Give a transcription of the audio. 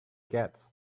get